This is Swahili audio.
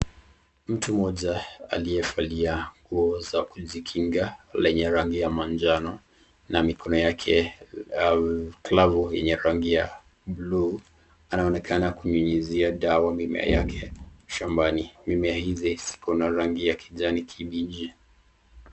Mtu mmoja aliyevalia nguo za kujikinga lenye rangi ya manjano na mikono yake glavu yenye rangi ya blue , anaonekana kunyunyizia dawa mimea yake shambani. Mimea hii iko na rangi ya kijani kibichi.